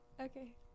Okay